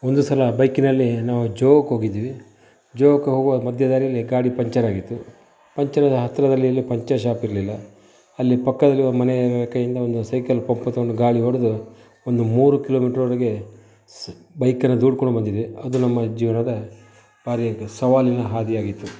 ಒಂದು ಸಲ ಬೈಕಿನಲ್ಲಿ ನಾವು ಜೋಗಕ್ಕೆ ಹೋಗಿದ್ವಿ ಜೋಗಕ್ಕೆ ಹೋಗುವ ಮಧ್ಯ ದಾರಿಯಲ್ಲಿ ಗಾಡಿ ಪಂಚರ್ ಆಗಿತ್ತು ಪಂಚರಾದ ಹತ್ತಿರದಲ್ಲಿ ಎಲ್ಲೂ ಪಂಚರ್ ಶಾಪ್ ಇರಲಿಲ್ಲ ಅಲ್ಲಿ ಪಕ್ಕದಲ್ಲಿ ಮನೆ ಕೈಯಿಂದ ಒಂದು ಸೈಕಲ್ ಪಂಪ್ ತಗೊಂಡು ಗಾಳಿ ಹೊಡೆದು ಒಂದು ಮೂರು ಕಿಲೋಮೀಟ್ರ್ವರೆಗೆ ಸ್ ಬೈಕನ್ನು ದೂಡಿಕೊಂಡು ಬಂದಿದೆ ಅದು ನಮ್ಮ ಜೀವನದ ಭಾರಿ ಸವಾಲಿನ ಹಾದಿಯಾಗಿತ್ತು